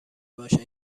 باشد